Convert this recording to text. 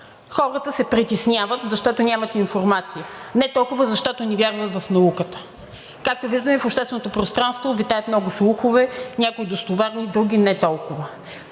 Хората се притесняват, защото нямат информация, а не толкова, защото не вярват в науката. Както виждаме, и в общественото пространство витаят много слухове, някои достоверни, други не толкова.